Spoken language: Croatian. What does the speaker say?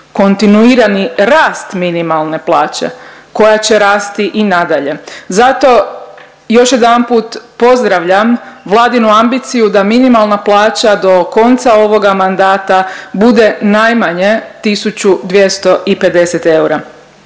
kontinuirani rast minimalne plaće koja će rasti i nadalje. Zato još jedanput pozdravljam Vladinu ambiciju da minimalna plaća do konca ovoga mandata bude najmanje 1250 eura.